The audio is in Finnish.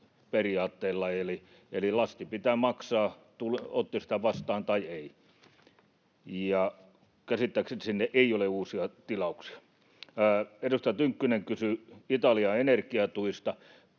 ‑periaatteella, eli lasti pitää maksaa, otti sitä vastaan tai ei. Käsittääkseni sinne ei ole uusia tilauksia. Edustaja Tynkkynen kysyi Italian energiatuista.